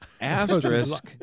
Asterisk